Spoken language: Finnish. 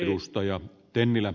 arvoisa puhemies